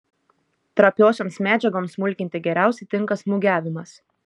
trapiosioms medžiagoms smulkinti geriausiai tinka smūgiavimas